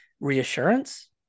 reassurance